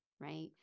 right